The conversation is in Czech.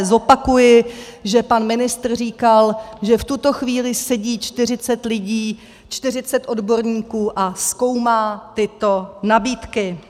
Zopakuji, že pan ministr říkal, že v tuto chvíli sedí 40 lidí, 40 odborníků a zkoumá tyto nabídky.